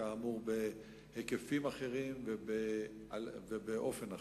כאמור בהיקפים אחרים ובאופן אחר.